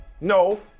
No